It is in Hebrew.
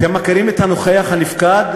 אתם מכירים את הנוכח הנפקד?